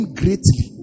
greatly